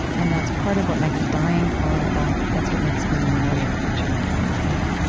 and that's part of what makes dying tolerable. that's what makes being a mortal creature tolerable.